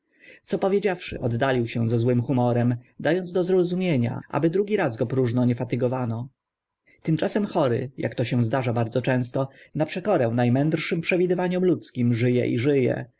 co powiedziawszy oddalił się ze złym humorem da ąc do zrozumienia aby drugi raz go próżno nie fatygowano tymczasem chory ak się to zdarza bardzo często na przekorę na mędrszym przewidywaniom ludzkim ży e i ży